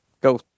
go